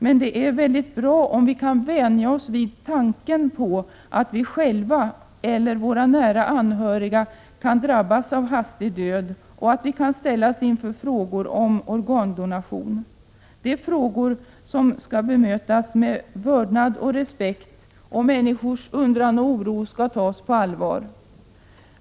Men det är bra om vi kan vänja oss vid tanken på att vi själva eller våra nära anhöriga kan drabbas av hastig död och att vi kan ställas inför frågor om organdonation. Det är frågor som skall bemötas med vördnad och respekt, och människors undran och oro skall tas på allvar.